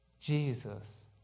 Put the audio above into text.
Jesus